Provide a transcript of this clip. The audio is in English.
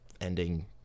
ending